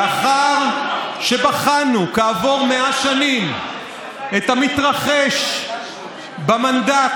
לאחר שבחנו בחלוף 100 שנים את המתרחש במנדט